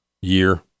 year